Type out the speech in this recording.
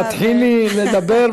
תתחילי לדבר,